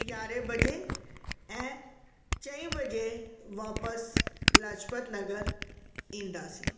यारहें बजे ऐं चई वजे वापसि लाजपत नगर ईंदासीं